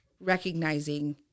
recognizing